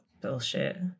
Bullshit